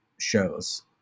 shows